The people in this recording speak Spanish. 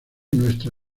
nuestra